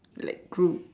like group